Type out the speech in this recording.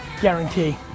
Guarantee